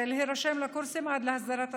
להם להירשם לקורסים עד להסדרת התשלומים.